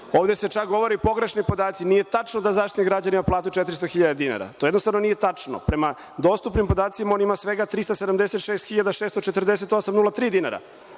se čak govori o pogrešnim podacima. Nije tačno da Zaštitnik građana ima platu 400 hiljada dinara. To jednostavno nije tačno. Prema dostupnim podacima, on ima svega 376.648,03 dinara.